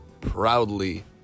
proudly